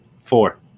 four